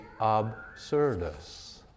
absurdus